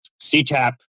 CTAP